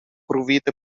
pruvita